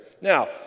Now